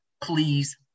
Please